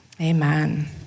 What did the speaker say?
Amen